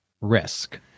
risk